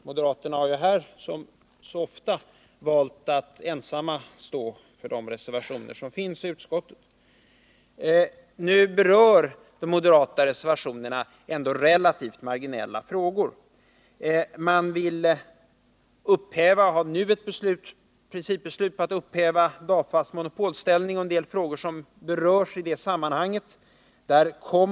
Moderaterna har här, som så ofta, valt att ensamma stå för de reservationer som finns till utskottsbetänkandet. De moderata reservationerna berör relativt marginella frågor. I den första reservationen vill man nu ha ett principbeslut om ett upphävande av DAFA:s monopolställning. En del andra frågor berörs också i det sammanhanget.